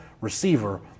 receiver